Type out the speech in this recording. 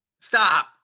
Stop